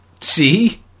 See